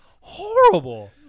horrible